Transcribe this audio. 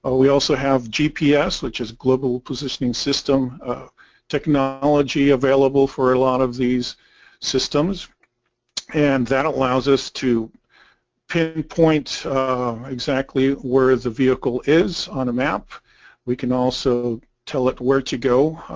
ah we also have gps which is global positioning system technology available for a lot of these systems and that allows us to pinpoint exactly where the vehicle is on a map we can also tell it where to go.